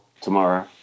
tomorrow